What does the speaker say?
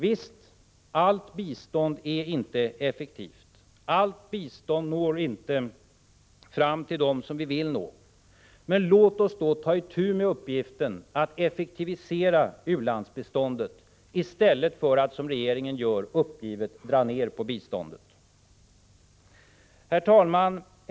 Visst, allt bistånd är säkert inte effektivt, allt bistånd når inte fram till dem som vi vill nå. Men låt oss då ta itu med uppgiften att effektivisera u-landsbiståndet i stället för att, som regeringen gör, uppgivet dra ned på biståndet. Herr talman!